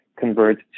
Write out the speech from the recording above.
convert